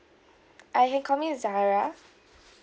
uh you can call me zarah